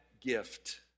gift